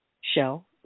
shell